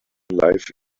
life